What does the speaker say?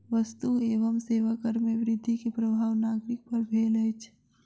वस्तु एवं सेवा कर में वृद्धि के प्रभाव नागरिक पर भेल अछि